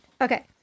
okay